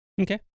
Okay